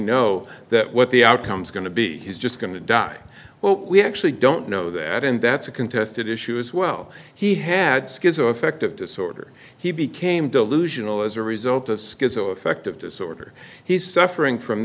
know that what the outcome's going to be he's just going to die well we actually don't know that and that's a contested issue as well he had schizoaffective disorder he became delusional as a result of schizoaffective disorder he's suffering from